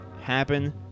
happen